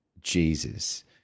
Jesus